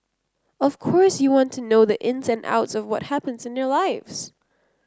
of course you want to know the ins and outs of what happens in their lives